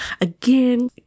again